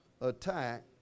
attack